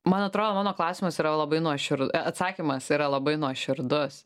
man atrodo mano klausimas yra labai nuošir a atsakymas yra labai nuoširdus